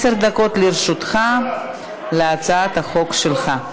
עשר דקות לרשותך להצעת החוק שלך.